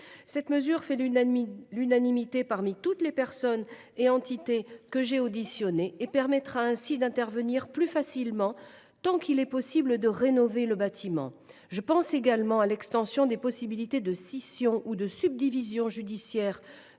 Cette mesure, qui a fait l’unanimité chez toutes les personnes que j’ai auditionnées, permettra ainsi d’intervenir plus facilement tant qu’il est possible de rénover le bâtiment. Je pense également à l’extension des possibilités de scission ou de subdivision judiciaire